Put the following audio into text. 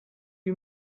you